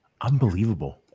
Unbelievable